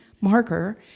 marker